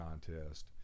contest